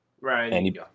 Right